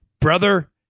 brother